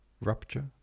rupture